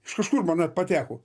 iš kažkur man pateko